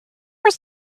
was